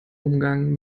umgang